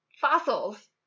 fossils